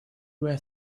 where